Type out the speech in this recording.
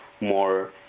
more